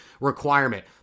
requirement